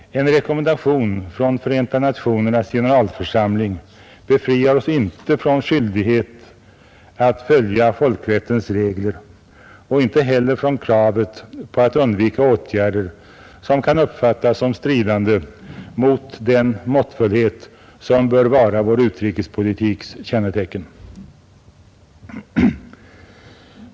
En rekommendation från Förenta nationernas generalförsamling befriar oss inte från skyldighet att följa folkrättens regler och inte heller från kravet på att undvika åtgärder som kan uppfattas som stridande mot den måttfullhet som bör vara vår utrikespolitiks kännetecken.